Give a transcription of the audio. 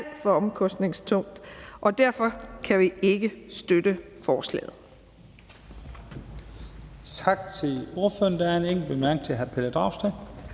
for omkostningstungt, og derfor kan vi ikke støtte forslaget.